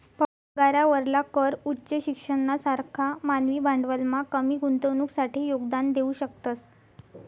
पगारावरला कर उच्च शिक्षणना सारखा मानवी भांडवलमा कमी गुंतवणुकसाठे योगदान देऊ शकतस